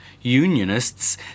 unionists